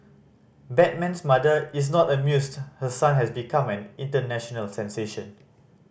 Batman's mother is not amused her son has become an international sensation